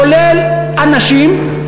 כולל הנשים,